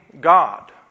God